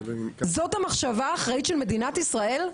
זאת המחשבה האחראית של מדינת ישראל?